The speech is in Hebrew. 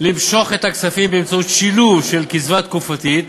למשוך את הכספים באמצעות שילוב של קצבה תקופתית,